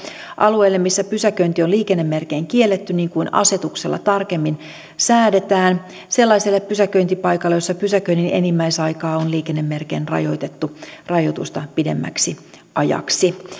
alueelle missä pysäköinti on liikennemerkein kielletty niin kuin asetuksella tarkemmin säädetään ja sellaiselle pysäköintipaikalle jolla pysäköinnin enimmäisaikaa on liikennemerkein rajoitettu rajoitusta pidemmäksi ajaksi